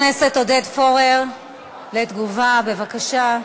חבר הכנסת פורר, תגובה, בבקשה.